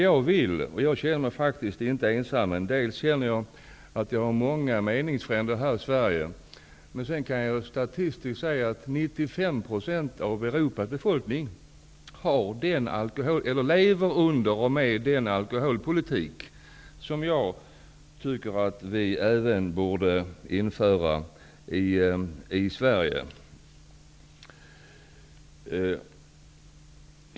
Jag känner mig faktiskt inte ensam, och jag har meningsfränder här i Sverige. Dessutom går det att statistiskt se att 95 % av befolkningen i Europa lever under och med den alkoholpolitik som jag tycker även borde införas i Sverige.